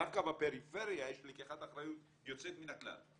דווקא בפריפריה יש לקיחת אחריות יוצאת מן הכלל,